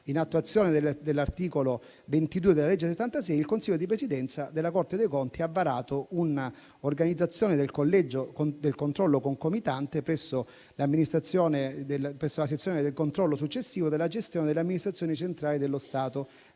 In attuazione dell'articolo 22 della legge n. 76, il Consiglio di Presidenza della Corte dei conti ha varato un'organizzazione del Collegio del controllo concomitante presso la sezione del controllo successivo della gestione delle amministrazioni centrali dello Stato.